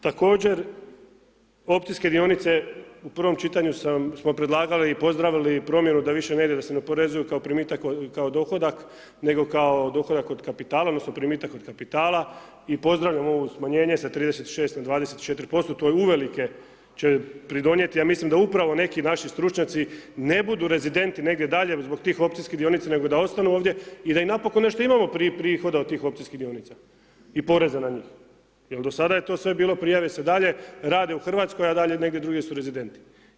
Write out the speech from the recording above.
Također, općinske dionice, u prvom čitanju smo predlagali i pozdravili promjenu da više ne ide, da se oporezuje kao primitak, kao dohodak, nego kao dohodak od kapitala odnosno primitak od kapitala, i pozdravljam ovo smanjenje sa 36 na 24%, to je, uvelike će pridonijeti, ja mislim da upravo neki naši stručnjaci, ne budu rezidenti negdje dalje zbog tih općinskih dionica nego da ostanu ovdje i da i napokon nešto i imamo prihoda od tih općinskih dionica i poreza na njih, jer do sada je to sve bilo prijave se dalje, rade u Hrvatskoj, a dalje negdje drugdje su rezidenti.